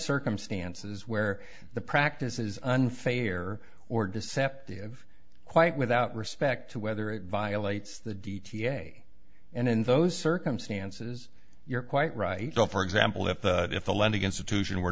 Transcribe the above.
circumstances where the practice is unfair or deceptive quite without respect to whether it violates the d t a and in those circumstances you're quite right so for example if if the lending institution